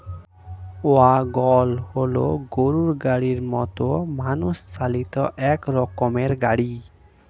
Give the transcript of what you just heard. wagon হল গরুর গাড়ির মতো মানুষ চালিত এক রকমের গাড়ি